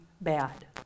bad